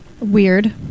Weird